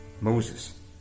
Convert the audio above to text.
Moses